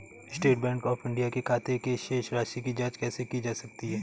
State Bank of India के खाते की शेष राशि की जॉंच कैसे की जा सकती है?